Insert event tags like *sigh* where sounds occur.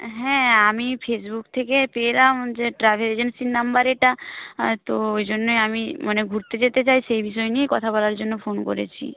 হ্যাঁ আমি ফেসবুক থেকে পেলাম যে ট্রাভেল এজেন্সির নাম্বার এটা তো ওই জন্যে আমি মানে ঘুরতে *unintelligible* যেতে চাই সেই বিষয় নিয়ে কথা বলার জন্য ফোন করেছি